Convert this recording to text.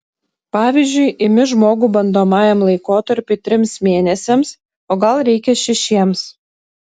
pavyzdžiui imi žmogų bandomajam laikotarpiui trims mėnesiams o gal reikia šešiems